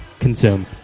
consume